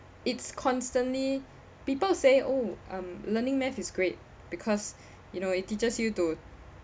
it's constantly people say oh um learning math is great because you know it teaches you to